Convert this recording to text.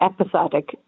episodic